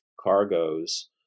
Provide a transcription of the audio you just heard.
cargoes